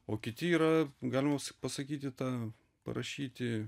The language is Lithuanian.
o kiti yra galima pasakyti tą parašyti